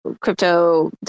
crypto